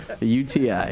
UTI